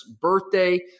birthday